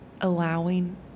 allowing